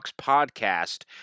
podcast